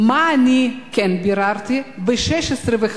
מה אני כן ביררתי ב-16:05?